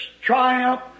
triumph